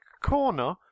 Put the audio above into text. corner